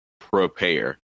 prepare